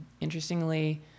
interestingly